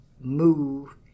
move